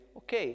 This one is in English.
ok